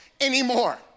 anymore